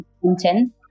content